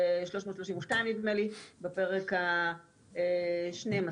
332 נדמה לי בפרק ה-12.